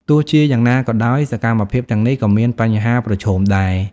ទោះជាយ៉ាងណា សកម្មភាពទាំងនេះក៏មានបញ្ហាប្រឈមដែរ។